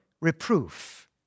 reproof